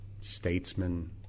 statesman